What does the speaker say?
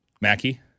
Mackie